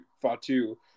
Fatu